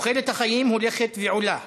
תוחלת החיים הולכת ועולה,